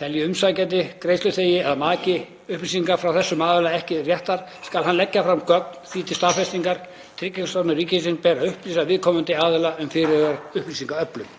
Telji umsækjandi, greiðsluþegi eða maki upplýsingar frá þessum aðilum ekki réttar skal hann leggja fram gögn því til staðfestingar. Tryggingastofnun ríkisins ber að upplýsa viðkomandi aðila um fyrirhugaða upplýsingaöflun.